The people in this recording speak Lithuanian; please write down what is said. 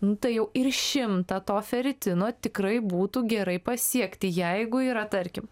nu tai jau ir šimtą to feritino tikrai būtų gerai pasiekti jeigu yra tarkim